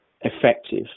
effective